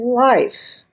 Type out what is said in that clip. life